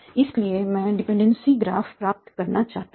इसलिए मैं dependency graph प्राप्त करना चाहता हूं